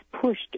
pushed